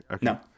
no